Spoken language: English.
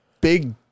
Big